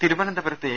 തിരുവനന്തപുരത്ത് എ